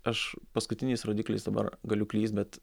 aš paskutiniais rodikliais dabar galiu klyst bet